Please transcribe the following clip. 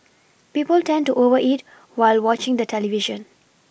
people tend to over eat while watching the television